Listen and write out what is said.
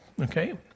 okay